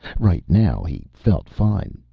right now he felt fine.